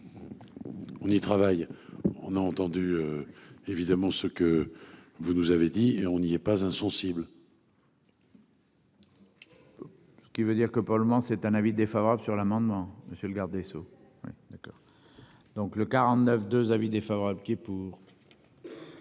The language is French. On y travaille. On a entendu. Évidemment ce que vous nous avez dit et on y est pas insensible. Ce qui veut dire que pour le moment c'est un avis défavorable sur l'amendement monsieur le garde des Sceaux. Oui d'accord. Donc le 49 2 avis défavorable qui est pour.